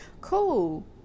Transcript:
cool